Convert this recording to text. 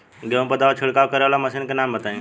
गेहूँ पर दवा छिड़काव करेवाला मशीनों के नाम बताई?